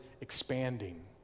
expanding